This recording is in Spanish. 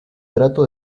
trato